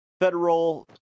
federal